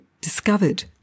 discovered